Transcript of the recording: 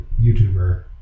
YouTuber